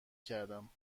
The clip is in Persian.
کردم